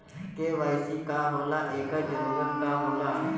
KYC का होला एकर जरूरत का होला?